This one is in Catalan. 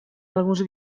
alguns